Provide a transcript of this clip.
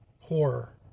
horror